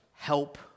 help